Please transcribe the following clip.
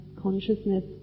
consciousness